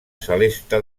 celeste